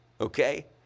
Okay